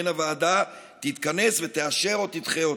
ובהן הוועדה תתכנס ותאשר או תדחה אותן.